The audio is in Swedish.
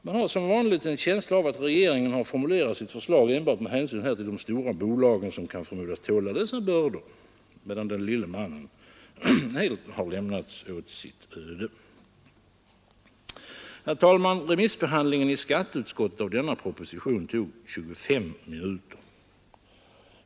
Man har som vanligt en känsla av att regeringen har formulerat sitt förslag enbart med hänsyn till de stora bolagen som kan förmodas tåla dessa bördor, medan den lille mannen helt lämnas åt sitt öde. Herr talman! Realbehandlingen i skatteutskottet av denna proposition tog 25 minuter.